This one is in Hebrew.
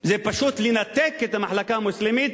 זה פשוט לנתק את המחלקה המוסלמית